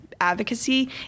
advocacy